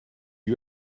you